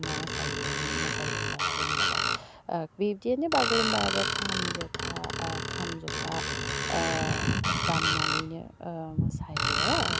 मा मोसायो मोसायो होमबाला जेनेबा दा बिदिनो बागुरुम्बायाबो खाम ज'था खाम ज'था दामनानैनो मोसायो